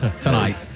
tonight